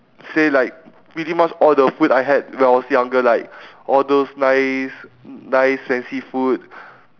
say like pretty much all the food I had when I was younger like all those nice nice fancy food